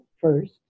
first